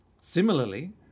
Similarly